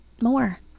more